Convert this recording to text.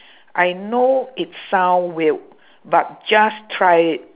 I know it sound weird but just try it